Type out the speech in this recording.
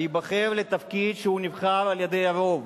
להיבחר לתפקיד שהוא נבחר על-ידי הרוב.